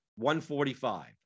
145